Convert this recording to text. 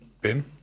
Ben